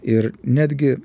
ir netgi